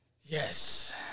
Yes